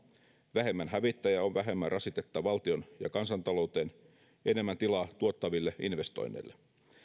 vähemmän hävittäjiä on vähemmän rasitetta valtion ja kansantalouteen enemmän tilaa tuottaville investoinneille